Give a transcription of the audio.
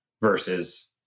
versus